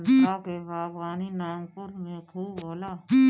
संतरा के बागवानी नागपुर में खूब होला